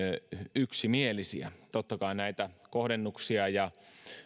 yksimielisiä totta kai kohdennuksia ja